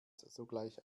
sogleich